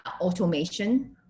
automation